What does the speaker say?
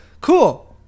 Cool